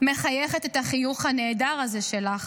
מחייכת את החיוך הנהדר הזה שלך,